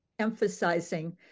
emphasizing